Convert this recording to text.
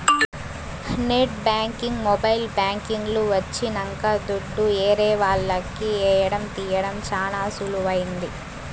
net banking mobile banking లు వచ్చినంక దుడ్డు ఏరే వాళ్లకి ఏయడం తీయడం చానా సులువైంది